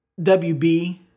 WB